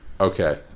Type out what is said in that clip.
Okay